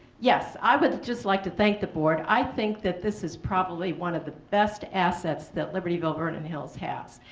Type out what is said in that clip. yes. i would just like to thank the board. i think that this is probably one of the best assets that libertyville vernon hills has.